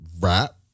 rap